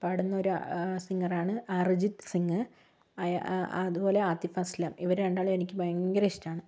പാടുന്ന ഒരു സിംഗർ ആണ് അർജിത് സിംഗ് അയ അതുപോലെയും ആത്തിഫ് അസ്ലം ഇവർ രണ്ടാളേയും എനിക്ക് ഭയങ്കര ഇഷ്ടമാണ്